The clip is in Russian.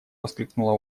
воскликнула